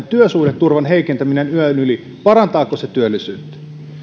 työsuhdeturvan heikentäminen yön yli mentäessä työllisyyttä